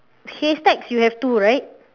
haystacks you have two right